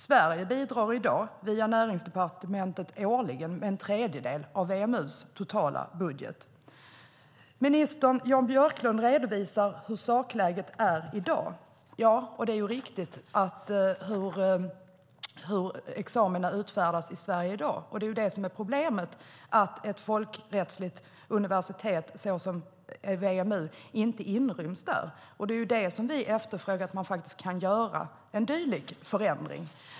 Sverige bidrar via Näringsdepartementet årligen med en tredjedel av WMU:s totala budget. Utbildningsminister Jan Björklund redovisar hur sakläget är i dag. Det är riktigt när det gäller hur examina utfärdas. Problemet är just att ett folkrättsligt universitet som WMU inte inryms där. Det vi efterfrågar är att man ska göra en sådan förändring.